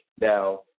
Now